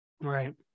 Right